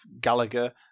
Gallagher